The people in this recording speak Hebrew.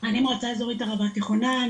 אני ממועצה אזורית ערבה תיכונה,